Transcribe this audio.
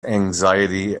anxiety